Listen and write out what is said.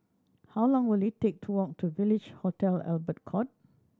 how long will it take to walk to Village Hotel Albert Court